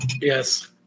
Yes